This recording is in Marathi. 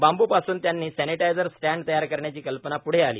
बांबू पासून त्यांनी सॅनीटायझर स्टँड तयार करण्याची कल्पना प्ढे आली